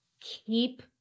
keep